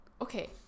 okay